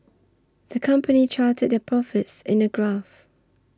the company charted their profits in a graph